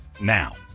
now